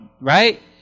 Right